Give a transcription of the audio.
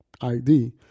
ID